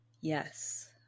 Yes